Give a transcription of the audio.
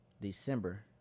december